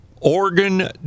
organ